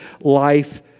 life